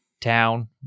town